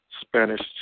Spanish